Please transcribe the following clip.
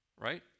right